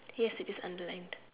yes it is underlined